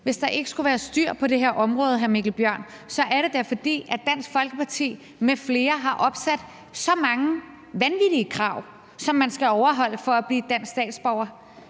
Hvis der ikke skulle være styr på det her område, hr. Mikkel Bjørn, er det da, fordi Dansk Folkeparti m.fl. har opsat så mange vanvittige krav, som man skal overholde for at blive dansk statsborger,